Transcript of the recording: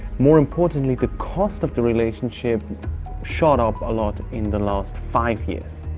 more importantly the cost of the relationship shot up a lot in the last five years.